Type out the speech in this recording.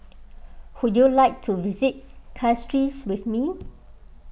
would you like to visit Castries with me